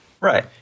right